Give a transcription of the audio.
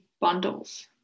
bundles